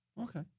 Okay